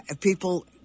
people